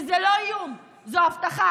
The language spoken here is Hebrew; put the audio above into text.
וזה לא איום, זו הבטחה.